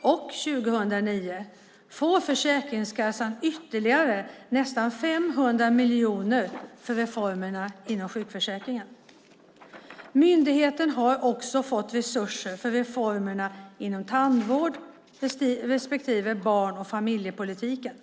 och 2009 får Försäkringskassan ytterligare nästan 500 miljoner för reformerna inom sjukförsäkringen. Myndigheten har också fått resurser för reformerna inom tandvården respektive barn och familjepolitiken.